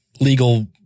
legal